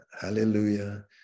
hallelujah